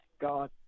God